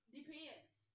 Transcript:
Depends